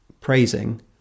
praising